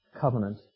covenant